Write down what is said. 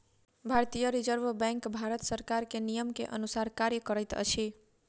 भारतीय reserve bank Bharat सरकार के नियम के अनुसार कार्य करैत अछि